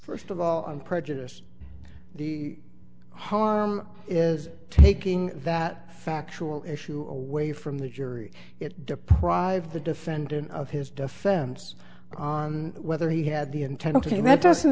first of all i'm prejudiced the harm is taking that factual issue away from the jury it deprive the defendant of his defense on whether he had the intent to that doesn't